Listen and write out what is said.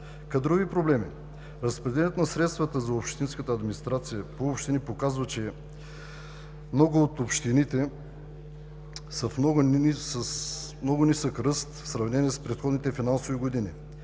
Кадрови проблеми. Разпределянето на средствата за общинската администрация по общини показва, че много от общините са с много нисък ръст в сравнение с предходните финансови години.